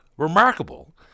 remarkable